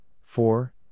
four